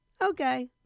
okay